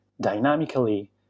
dynamically